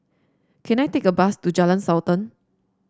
can I take a bus to Jalan Sultan